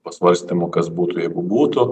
pasvarstymų kas būtų jeigu būtų